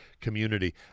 community